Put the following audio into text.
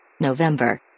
November